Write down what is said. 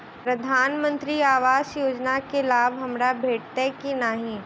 प्रधानमंत्री आवास योजना केँ लाभ हमरा भेटतय की नहि?